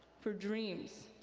for dreams.